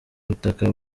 butaka